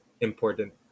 important